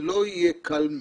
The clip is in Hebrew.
זה לא יהיה קל,